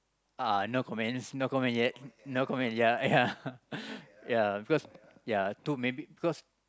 uh no comments no comments yet no comments ya ya ya cause ya too maybe cause